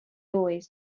always